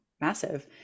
massive